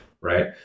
right